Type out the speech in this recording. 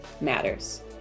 matters